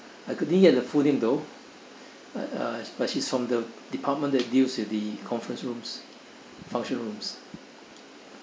I couldn't get the full name though uh but she's from the department that deals with the conference rooms function rooms